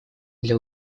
для